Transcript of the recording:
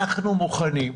אנחנו מוכנים,